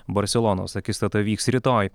barselonos akistata vyks rytoj